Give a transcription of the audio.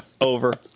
Over